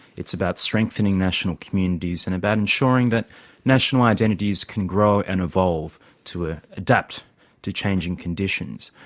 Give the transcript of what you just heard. it's about strengthening national communities and about ensuring that national identities can grow and evolve to ah adapt to changing conditions.